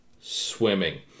swimming